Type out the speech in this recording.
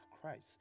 Christ